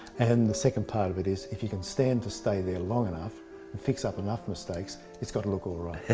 and the second part of it is, if you can stand to stay there long enough and fix up enough mistakes, it's got to look alright.